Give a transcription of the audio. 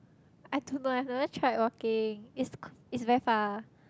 I don't know eh I've never tried walking it's it's very far